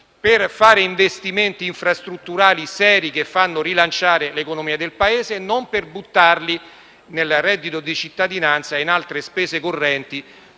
per fare investimenti infrastrutturali seri che rilancino l'economia e non per buttarli nel reddito di cittadinanza e in altre spese correnti